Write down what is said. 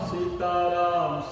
Sitaram